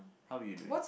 how are you doing